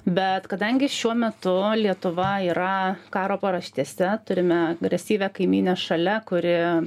bet kadangi šiuo metu lietuva yra karo paraštėse turime agresyvią kaimynę šalia kuri